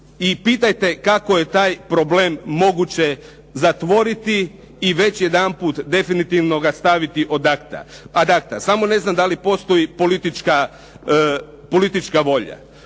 I pitajte kako je taj problem moguće zatvoriti i već jedanput definitivno ga staviti ad acta. Samo ne znam da li postoji politička volja.